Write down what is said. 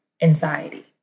anxiety